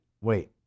wait